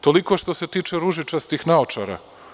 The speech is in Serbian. Toliko što se tiče ružičastih naočara.